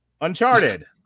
Uncharted